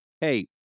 hey